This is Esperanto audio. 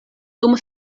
dum